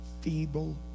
feeble